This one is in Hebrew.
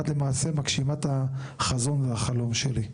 את למעשה מגשימה את החזון והחלום שלי.